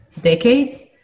decades